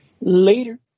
Later